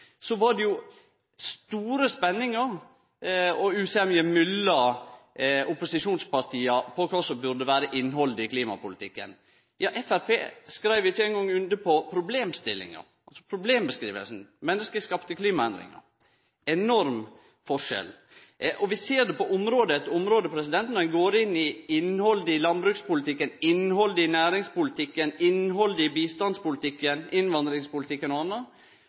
så lenge ein kunne be om at ho måtte kome. Men då ho kom, var det store spenningar og usemje mellom opposisjonspartia om kva som burde vere innhaldet i klimapolitikken. Framstegspartiet skreiv ikkje eingong under på problembeskriving: menneskeskapte klimaendringar. Enorm forskjell: Vi ser det på område etter område – når ein går inn i innhaldet i landbrukspolitikken, innhaldet i næringspolitikken, innhaldet i bistandspolitikken og innvandringspolitikken og anna,